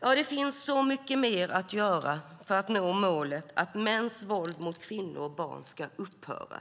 Det finns så mycket mer att göra för att nå målet att mäns våld mot kvinnor och barn ska upphöra.